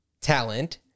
talent